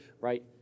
right